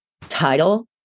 title